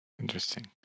interesting